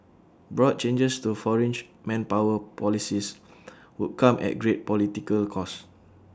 broad changes to foreign manpower policies would come at great political cost